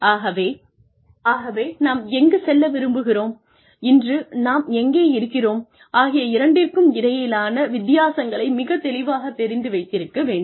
ஆகவே ஆகவே நாம் எங்குச் செல்ல விரும்புகிறோம் இன்று நாம் எங்கே இருக்கிறோம் ஆகிய இரண்டிற்கும் இடையிலான வித்தியாசங்களை மிகத் தெளிவாகத் தெரிந்து வைத்திருக்க வேண்டும்